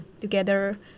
together